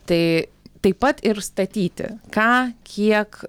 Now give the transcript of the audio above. tai taip pat ir statyti ką kiek